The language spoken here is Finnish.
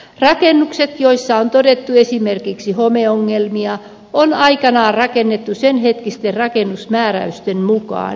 rakennukset joissa on todettu esimerkiksi homeongelmia on aikanaan rakennettu senhetkisten rakennusmääräysten mukaan